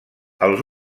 els